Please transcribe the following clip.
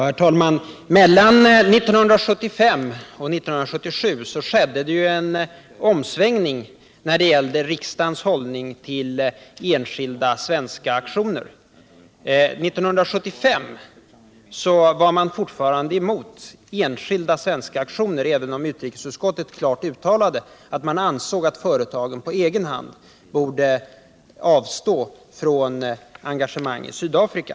Herr talman! Mellan 1975 och 1977 skedde en omsvängning i riksdagens hållning till enskilda svenska aktioner. År 1975 var man fortfarande emot enskilda svenska aktioner, även om utrikesutskottet klart uttalade att man ansåg att företagen på egen hand borde avstå från engagemang i Sydafrika.